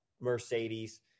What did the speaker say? Mercedes